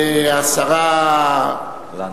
והשרה, לנדבר.